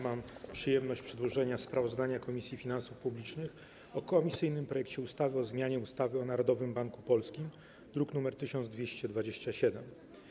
Mam przyjemność przedłożyć sprawozdanie Komisji Finansów Publicznych o komisyjnym projekcie ustawy o zmianie ustawy o Narodowym Banku Polskim, druk nr 1227.